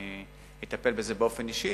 אני אטפל בזה באופן אישי.